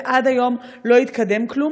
ועד היום לא התקדם כלום.